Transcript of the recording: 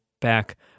back